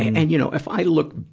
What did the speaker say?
and you know if i look,